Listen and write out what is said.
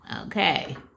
okay